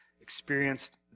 experienced